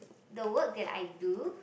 the work that I do